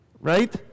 right